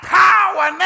power